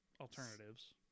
Alternatives